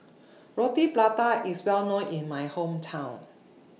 Roti Prata IS Well known in My Hometown